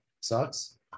sucks